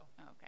Okay